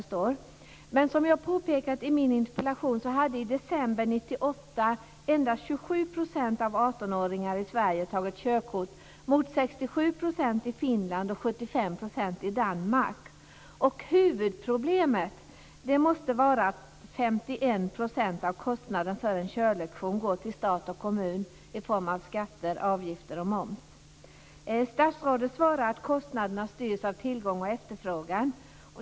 Som jag påpekar i min interpellation hade i december 1998 endast 27 % av 18-åringarna i Sverige tagit körkort jämfört med 67 % i Finland och 75 % i Danmark. Huvudproblemet måste vara att 51 % av kostnaden för en körlektion går till stat och kommun i form av skatter, avgifter och moms. Statsrådet svarar att kostnaderna styrs av tillgång och efterfrågan.